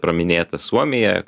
praminėta suomija